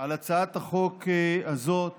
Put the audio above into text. על הצעת החוק הזאת